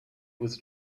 was